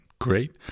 great